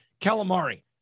calamari